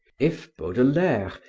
if baudelaire,